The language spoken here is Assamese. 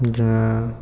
যে